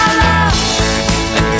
love